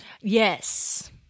Yes